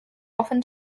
often